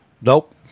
Nope